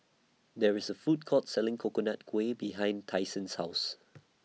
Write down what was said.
There IS A Food Court Selling Coconut Kuih behind Tyson's House